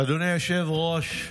אדוני היושב-ראש,